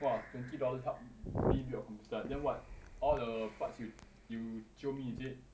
!wah! twenty dollars help me build a computer ah then what all the parts you you jio me is it